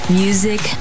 music